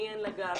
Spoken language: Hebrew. מי אין לה גב,